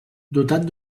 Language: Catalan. dotat